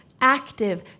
active